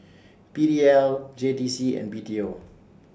P D L J T C and B T O